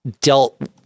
dealt